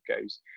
goes